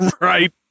Right